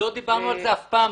לא דיברנו על זה אף פעם.